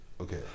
okay